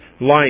life